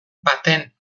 baten